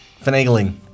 Finagling